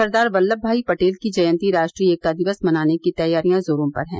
सरदार वल्लभ भाई पटेल की जयंती राष्ट्रीय एकता दिवस मनाने की तैयारियां जोरों पर है